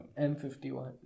M51